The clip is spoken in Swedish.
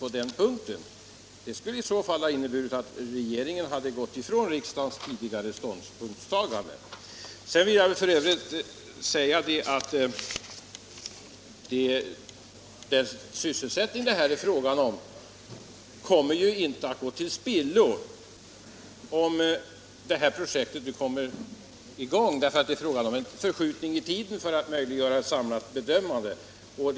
Om regeringen hade handlat på annat sätt, skulle det ha inneburit att den hade gått ifrån riksdagens tidigare ståndpunktstagande. Sedan vill jag säga att de sysselsättningstillfällen det här är fråga om inte kommer att gå till spillo, ifall det här projektet nu kommer i gång. Det är ju bara fråga om en förskjutning i tiden för att möjliggöra en samlad bedömning.